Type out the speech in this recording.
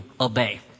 obey